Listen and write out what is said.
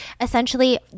essentially